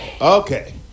Okay